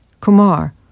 Kumar